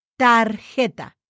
Tarjeta